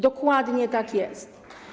Dokładnie tak jest.